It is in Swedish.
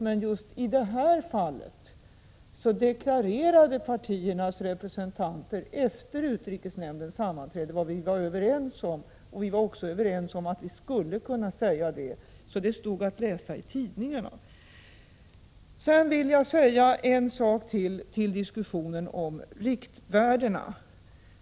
Men just i det här fallet deklarerade partiernas representanter efter utrikeshnämndens sammanträde vad vi var överens om. Vi var också överens om att vi skulle kunna säga detta — och det stod om det i tidningarna. Jag vill säga en sak till när det gäller diskussionen om riktvärdena.